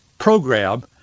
program